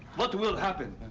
what will happen,